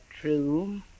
true